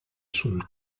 sul